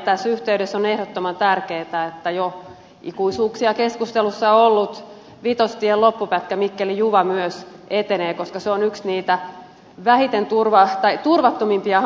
tässä yhteydessä on ehdottoman tärkeätä että jo ikuisuuksia keskustelussa ollut vitostien loppupätkä mikkelijuva myös etenee koska se on tällä hetkellä yksi niitä turvattomimpia